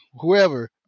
whoever